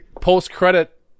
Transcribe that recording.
post-credit